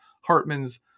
Hartman's